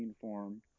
form